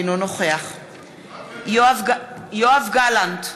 אינו נוכח יואב גלנט,